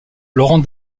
laurent